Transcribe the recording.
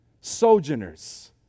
Sojourners